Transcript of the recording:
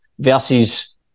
versus